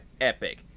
epic